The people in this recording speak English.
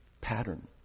pattern